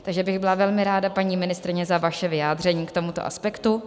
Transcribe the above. Takže bych byla velmi rád, paní ministryně, za vaše vyjádření k tomuto aspektu.